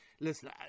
Listen